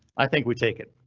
i think we take it.